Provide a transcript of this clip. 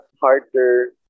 harder